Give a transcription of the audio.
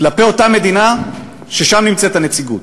כלפי אותה מדינה ששם נמצאת הנציגות?